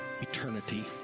eternity